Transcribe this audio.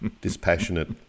dispassionate